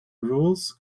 rules